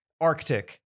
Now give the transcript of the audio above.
Arctic